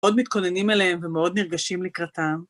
מאוד מתכוננים אליהם ומאוד נרגשים לקראתם.